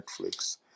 Netflix